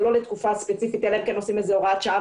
זה לא לתקופה ספציפית אלא אם כן עושים זאת כהוראת שעה